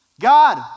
God